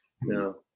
No